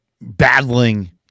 battling